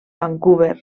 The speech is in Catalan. vancouver